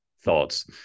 thoughts